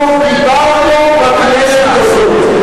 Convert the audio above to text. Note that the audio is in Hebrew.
אנחנו דיברנו בכנסת הזאת,